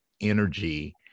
energy